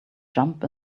jump